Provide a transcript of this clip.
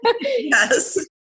Yes